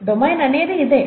domain అనేది ఇదే